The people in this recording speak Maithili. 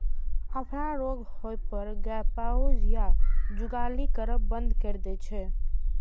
अफरा रोग होइ पर गाय पाउज या जुगाली करब बंद कैर दै छै